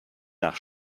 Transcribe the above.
nach